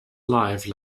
life